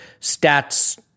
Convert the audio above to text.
Stats